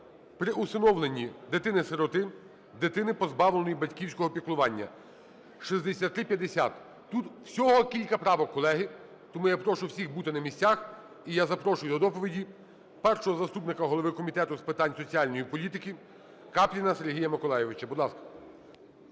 при усиновленні дитини-сироти, дитини, позбавленої батьківського піклування (6350). Тут всього кілька правок, колеги, тому я прошу всіх бути на місцях. І я запрошую до доповіді першого заступника голови Комітету з питань соціальної політики Капліна Сергія Миколайовича. Будь ласка.